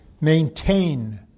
maintain